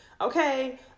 Okay